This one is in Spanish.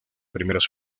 primeros